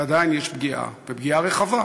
ועדיין יש פגיעה, ופגיעה רחבה.